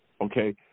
okay